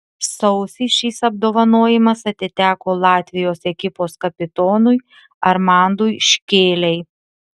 sausį šis apdovanojimas atiteko latvijos ekipos kapitonui armandui škėlei